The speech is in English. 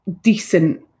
decent